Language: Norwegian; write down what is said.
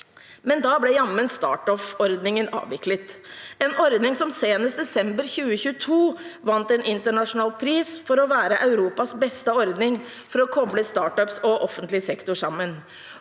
men da ble jammen StartOff-ordningen avviklet, en ordning som senest i desember 2022 vant en internasjonal pris for å være Europas beste ordning for å koble startuper og offentlig sektor sammen.